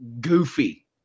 goofy